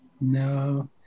no